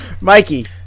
Mikey